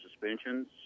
suspensions